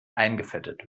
eingefettet